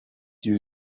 you